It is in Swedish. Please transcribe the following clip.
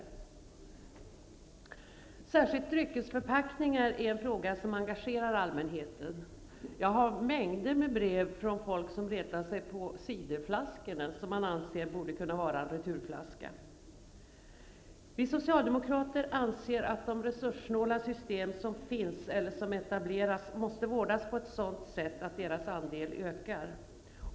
En fråga som särskilt engagerar allmänheten är den om dryckesförpackningar. Jag har fått mängder med brev från människor som retar sig på ciderflaskorna. Man anser att de borde kunna vara returflaskor. Vi socialdemokrater anser att de resurssnåla system som finns eller som etableras måste vårdas på ett sådant sätt att deras andel ökar.